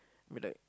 I mean like